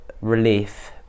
relief